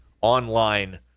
online